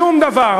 שום דבר.